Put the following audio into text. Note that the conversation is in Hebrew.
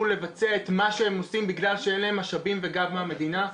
לבצע את מה שהם עושים בגלל שאין להם משאבים וגב והמדינה?